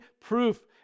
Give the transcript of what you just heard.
proof